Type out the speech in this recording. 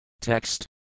text